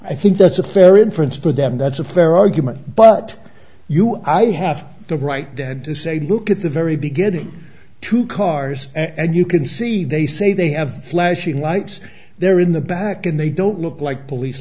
i think that's a fair inference for them that's a fair argument but you i have the right dad to say look at the very beginning two cars and you can see they say they have flashing lights there in the back and they don't look like police